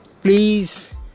please